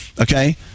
okay